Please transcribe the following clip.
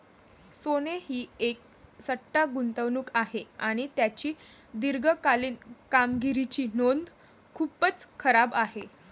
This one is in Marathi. सोने ही एक सट्टा गुंतवणूक आहे आणि त्याची दीर्घकालीन कामगिरीची नोंद खूपच खराब आहे